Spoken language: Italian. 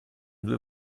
due